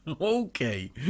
Okay